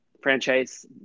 franchise